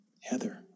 Heather